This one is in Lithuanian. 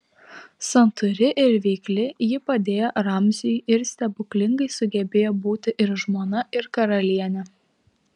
santūri ir veikli ji padėjo ramziui ir stebuklingai sugebėjo būti ir žmona ir karalienė